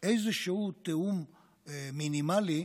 איזשהו תיאום מינימלי,